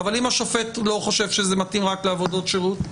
אבל אם השופט לא חושב שזה מתאים רק לעבודות שירות?